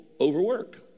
overwork